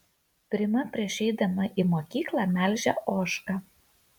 prima prieš eidama į mokyklą melžia ožką